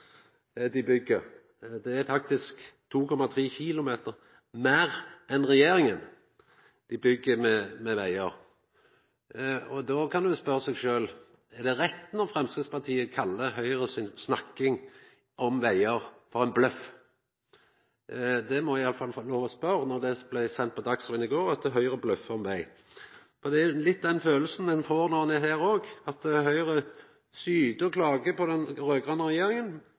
dei vil byggja; dei vil faktisk byggja 2,3 km meir veg enn regjeringa. Då kan ein spørja seg: Er det rett når Framstegspartiet kallar Høgres snakk om vegar for ein bløff? Det må eg i alle fall få lov å spørja om når det blei sagt på Dagsrevyen i går at Høgre bløffar om veg. Det er litt den følelsen ein får her òg, at Høgre syter og klagar på den raud-grøne regjeringa,